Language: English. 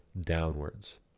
downwards